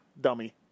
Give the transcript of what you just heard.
Dummy